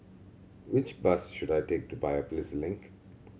which bus should I take to Biopolis Link